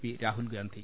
P Rahul Gandhi